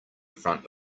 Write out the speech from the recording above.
front